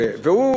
יפה.